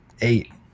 eight